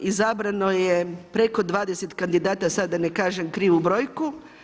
Izabrano je preko 20 kandidata sad da ne kažem krivu brojku.